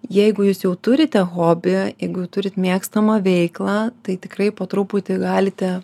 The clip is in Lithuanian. jeigu jūs jau turite hobį jeigu turite mėgstamą veiklą tai tikrai po truputį galite